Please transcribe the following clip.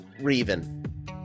Raven